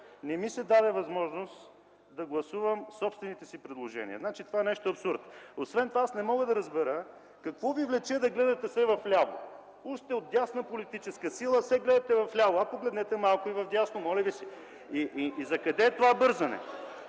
не ми се дава възможност да гласувам собствените си предложения. Това е абсурд! Не мога да разбере какво Ви влече да гледате все вляво? Уж сте от дясна политическа сила, а все гледате вляво. Ха, погледнете малко и вдясно, моля Ви се! И, закъде е това бързане?!